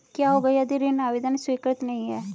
क्या होगा यदि ऋण आवेदन स्वीकृत नहीं है?